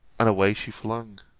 and away she flung.